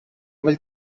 able